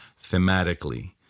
thematically